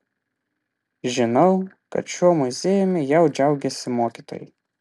žinau kad šiuo muziejumi jau džiaugiasi mokytojai